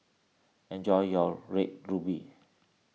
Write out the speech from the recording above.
enjoy your Red Ruby